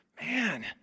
Man